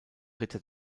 ritter